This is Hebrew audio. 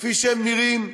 כפי שהם נראים,